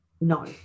No